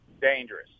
dangerous